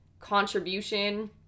contribution